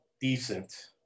Decent